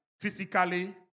physically